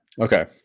Okay